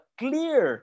clear